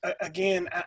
again